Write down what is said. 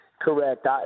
correct